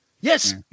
yes